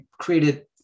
created